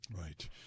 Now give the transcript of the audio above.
Right